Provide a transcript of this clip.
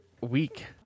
week